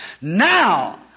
Now